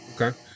Okay